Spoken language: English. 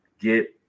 get